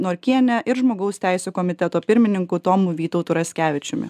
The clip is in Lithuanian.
norkiene ir žmogaus teisių komiteto pirmininku tomu vytautu raskevičiumi